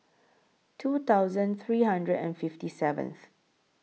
two thousand three hundred and fifty seventh